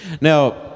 Now